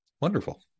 Wonderful